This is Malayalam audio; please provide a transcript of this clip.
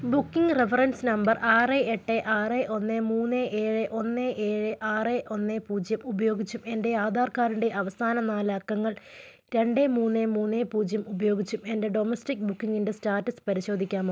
ബുക്കിങ്ങ് റഫറൻസ് നമ്പർ ആറ് എട്ട് ആറ് ഒന്ന് മൂന്ന് ഏഴ് ഒന്ന് ഏഴ് ആറ് ഒന്ന് പൂജ്യം ഉപയോഗിച്ചും എൻ്റെ ആധാർ കാർഡിൻ്റെ അവസാന നാല് അക്കങ്ങൾ രണ്ട് മൂന്ന് മൂന്ന് പൂജ്യം ഉപയോഗിച്ചും എൻ്റെ ഡൊമസ്റ്റിക് ബുക്കിംഗിൻ്റെ സ്റ്റാറ്റസ് പരിശോധിക്കാമോ